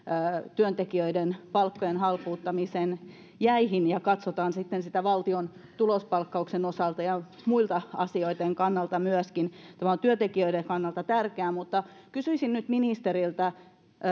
työntekijöiden palkkojen halpuuttamisen jäihin ja katsotaan sitten sitä valtion tulospalkkauksen osalta ja muitten asioitten kannalta myöskin tämä on työntekijöiden kannalta tärkeää kysyisin nyt ministeriltä historiasta